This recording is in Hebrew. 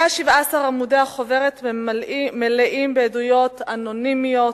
117 עמודי החוברת מלאים בעדויות אנונימיות,